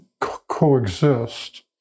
coexist